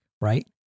Right